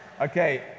Okay